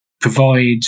provide